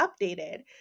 updated